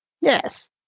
Yes